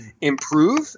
improve